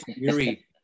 eerie